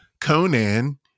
Conan